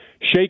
Shake